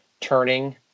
turning